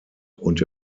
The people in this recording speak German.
und